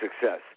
success